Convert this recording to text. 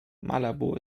malabo